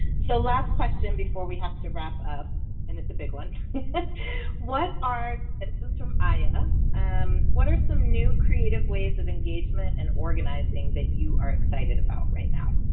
so last question before we have to wrap up and it's a big one what are citizens from aia and um what are some new creative ways of engagement and organizing that you are excited about right now?